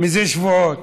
מזה שבועות,